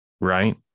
right